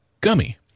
gummy